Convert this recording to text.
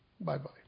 bye-bye